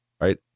right